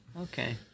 Okay